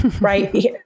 Right